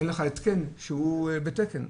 אין לך התקן שהוא בתקן.